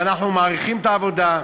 ואנחנו מעריכים את העבודה.